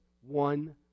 one